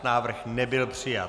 Návrh nebyl přijat.